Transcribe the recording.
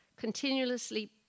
continuously